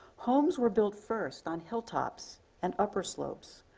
homes were built first on hilltops and upper slopes.